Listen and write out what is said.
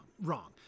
wrong